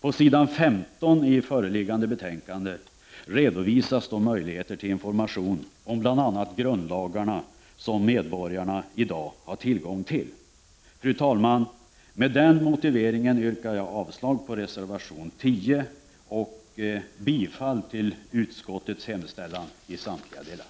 På s. 15 i föreliggande betänkande redovisas de möjligheter till information om bl.a. grundlagarna som medborgarna i dag har tillgång till. Fru talman! Med den motiveringen yrkar jag avslag på reservation 10 och bifall till utskottets hemställan i samtliga delar.